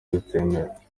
zitemewe